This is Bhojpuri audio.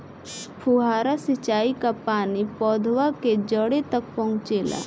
फुहारा सिंचाई का पानी पौधवा के जड़े तक पहुचे ला?